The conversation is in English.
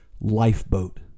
lifeboat